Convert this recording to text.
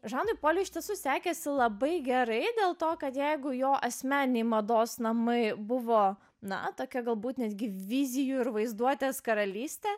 žanui poliui iš tiesų sekėsi labai gerai dėl to kad jeigu jo asmeniniai mados namai buvo na tokia galbūt netgi vizijų ir vaizduotės karalystę